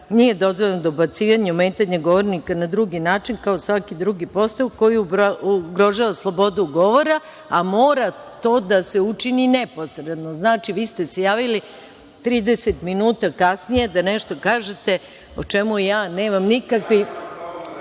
nije dozvoljeno dobacivanje, ometanje govornika na drugi način, kao i svaki drugi postupak koji ugrožava slobodu govora, a mora to da se učini neposredno. Znači, vi ste se javili 30 minuta kasnije da nešto kažete o čemu nemam nikakve…(Vojislav